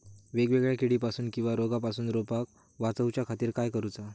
वेगवेगल्या किडीपासून किवा रोगापासून रोपाक वाचउच्या खातीर काय करूचा?